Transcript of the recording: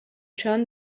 turn